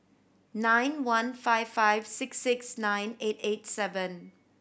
nine one five five six six nine eight eight seven